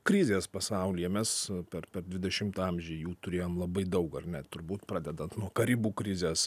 krizės pasaulyje mes per per dvidešimtą amžių jų turėjom labai daug ar ne turbūt pradedant nuo karibų krizės